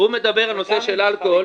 הוא מדבר על נושא של אלכוהול,